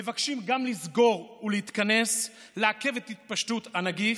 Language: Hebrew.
מבקשים גם לסגור ולהתכנס, לעכב את התפשטות הנגיף,